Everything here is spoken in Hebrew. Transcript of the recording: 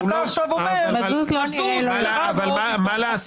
ואתה עכשיו אומר: מזוז --- מה לעשות